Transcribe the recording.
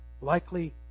Likely